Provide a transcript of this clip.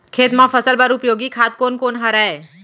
खेत म फसल बर उपयोगी खाद कोन कोन हरय?